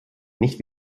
nicht